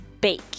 bake